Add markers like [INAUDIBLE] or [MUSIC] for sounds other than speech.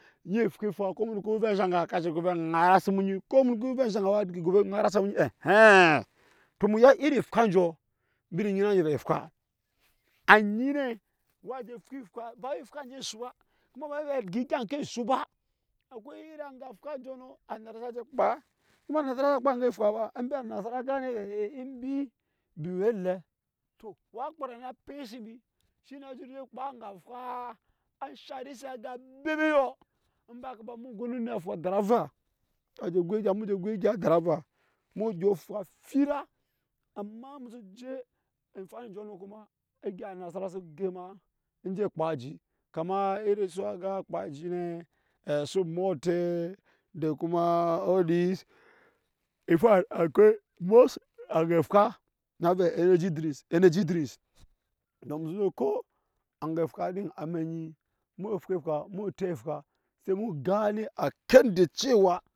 Enipwa efwa ko munu ku ve enshan ga ka disi go ve nara sa mu onyi ko mu no ko munu kure enshan ga wea disi go ve nara sa mu onyi [UNINTELLIGIBLE] to emu ya iri efwa joo embi ne nyina enje vɛɛ efwa anyi ne wa te fwa efwa ba wai efwa osu ba kuma ba wai a jɛ gya egya oke osu ba akwai iri anga fwa anjɔɔ nɔ anasara sa je kpaa kuma anasara sa je kpaa kuma anasara sa kpaa efwa ba a gane kpaa na nɛ na pɛi si embi shi ne a na pɛi si embi shi ne. a zhuru je jɛɛ kpaa angafwaa in ba haka ba emu go onet fu asari ava a je gwai egya mu je gwai egya a dari ava emu dyɔ fwa fira amma emu so je enga waa anjɔɔnɔ kuma egya anasara sa gema enje kpaa aji kama iri su aga ekpaa ajine su molte da kuma all this infact akwa most [HESITATION] efwa na vɛɛ energy drinks-energy drinks to emu so ko ko anga fwa emenyi emu fwa emu woo tep efwa emu gane a kan da cewa.